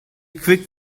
quick